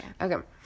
Okay